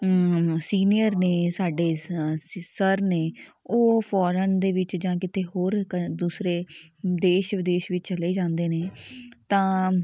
senior ਨੇ ਸਾਡੇ ਸ ਸਰ ਨੇ ਉਹ ਫੋਰਨ ਦੇ ਵਿੱਚ ਜਾਂ ਕਿਤੇ ਹੋਰ ਕ ਦੂਸਰੇ ਦੇਸ਼ ਵਿਦੇਸ਼ ਵਿੱਚ ਚਲੇ ਜਾਂਦੇ ਨੇ ਤਾਂ